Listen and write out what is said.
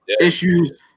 issues